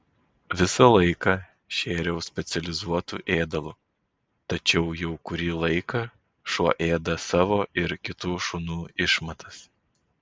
visą laiką šėriau specializuotu ėdalu tačiau jau kurį laiką šuo ėda savo ir kitų šunų išmatas